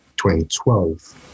2012